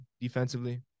defensively